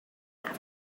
have